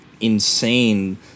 insane